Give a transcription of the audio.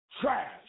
Trash